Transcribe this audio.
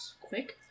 quick